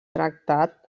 tractat